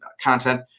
content